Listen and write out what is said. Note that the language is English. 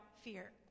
fear